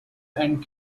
and